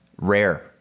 rare